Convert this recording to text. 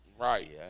Right